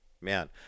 Man